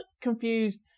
confused